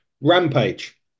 Rampage